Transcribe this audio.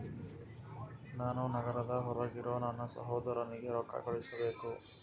ನಾನು ನಗರದ ಹೊರಗಿರೋ ನನ್ನ ಸಹೋದರನಿಗೆ ರೊಕ್ಕ ಕಳುಹಿಸಬೇಕು